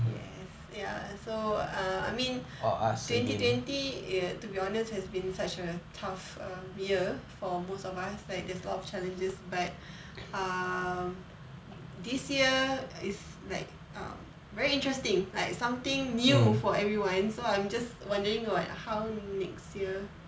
yes ya so uh I mean twenty twenty eh to be honest has been such a tough err year for most of us like there's a lot of challenges but um this year is like um very interesting like something new for everyone so I'm just wondering about how next year